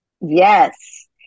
Yes